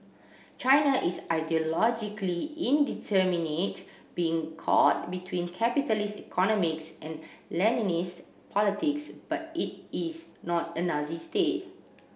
China is ideologically indeterminate being caught between capitalist economics and Leninist politics but it is not a Nazi state